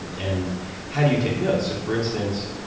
and and how do you take notes? so, for instance,